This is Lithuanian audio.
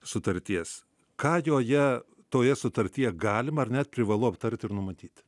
sutarties ką joje toje sutartyje galima ar net privalu aptarti ir numatyti